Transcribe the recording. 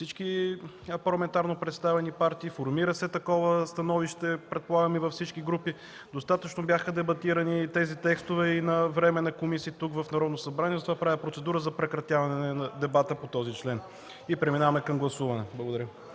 всички парламентарно представени партии, формира се такова становище, предполагам, и във всички групи. Достатъчно бяха дебатирани тези текстове и на Временна комисия тук, в Народното събрание, затова правя процедура за прекратяване на дебата по този член и преминаване към гласуване. Благодаря.